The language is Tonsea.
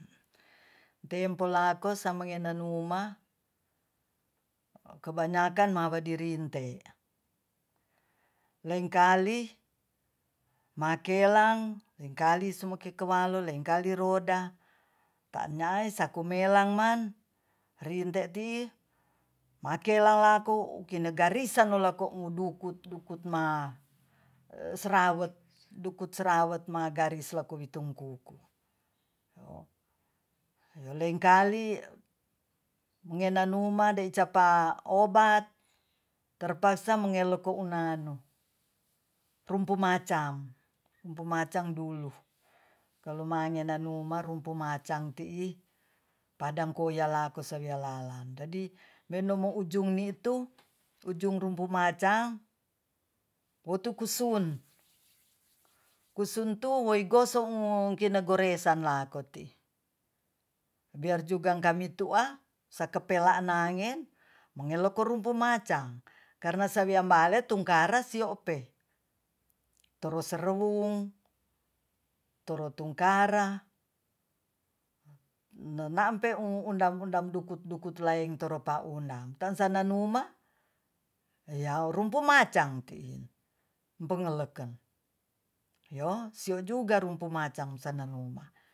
tempo lako sangena manggenuma kebanyakan mawaderinte lengkali makelang lengkali momake soalo lengkali roda tanyae sakumelang man rinte tii makelalaku kinegarisan lolaku ngudukut-dukut ma serawet magaret selawi kitungkuku lengkali ngenanuma nda dapat obat terpaksa mengeleko unanu rumpu macam rumpu macam dulu kalo mangenanuma rumpu macang ti'i padang koelako sawia lalang jadi menomoujungitu ujung rumpu macang wotukusun kusuntu weigoso kinagoresan lakoti biarjuga kami tua sakapelangen mengeleko rumpu macang karna sawiabale tungkara siaope toroserewung torotungkara nonampeu undang-undang dukut-dukut laeng tansananuma ya rumpu macang tiin empengeleken yo sio juga rumpu macang sananuma